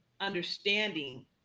understanding